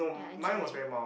yeah and Jun-Wei